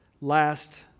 last